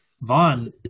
Vaughn